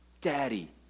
Daddy